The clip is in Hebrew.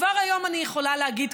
כבר היום אני יכולה להגיד,